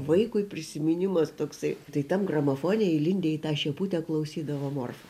vaikui prisiminimas toksai tai tam gramofone įlindę į tą šeputę klausydavom morfų